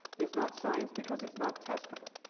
is not science, because it's not testable.